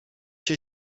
się